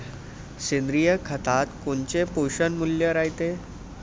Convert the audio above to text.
सेंद्रिय खतात कोनचे पोषनमूल्य रायते?